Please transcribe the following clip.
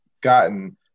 gotten